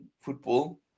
football